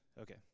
Okay